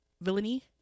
villainy